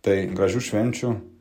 tai gražių švenčių